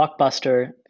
Blockbuster